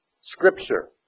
scripture